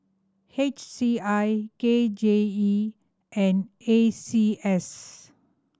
H C I K J E and A C S